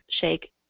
shake